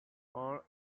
for